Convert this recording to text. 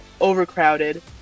overcrowded